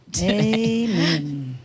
Amen